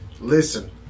Listen